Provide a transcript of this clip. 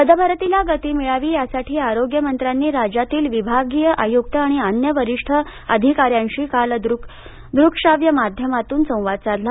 पदभरतीला गती मिळावी यासाठी आरोग्यमंत्र्यांनी राज्यातील विभागीय आयुक्त आणि अन्य वरिष्ठ अधिका यांशी काल दुकश्राव्य माध्यमातून संवाद साधला